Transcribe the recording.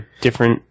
different